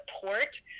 support